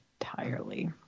entirely